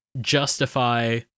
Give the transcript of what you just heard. justify